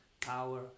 power